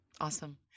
Awesome